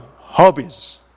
hobbies